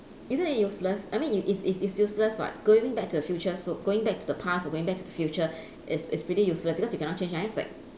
isn't it useless I mean it's it's it's useless [what] going back to the future so going back to the past or going back to the future is is pretty useless because you cannot change anything